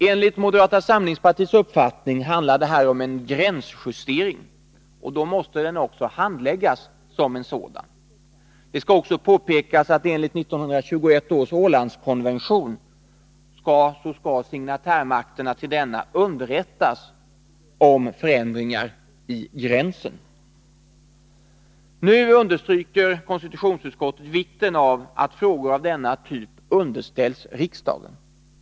Enligt moderata samlingspartiets uppfattning handlar det här om en gränsjustering, och då måste den också handläggas som sådan. Det skall påpekas att enligt 1921 års Ålandskonvention skall signatärmakterna till denna underrättas om förändringar i gränsen. Utskottet understryker vikten av att frågor av denna typ underställs riksdagen.